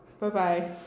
Bye-bye